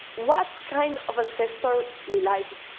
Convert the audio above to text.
what kind of ancestor will i be?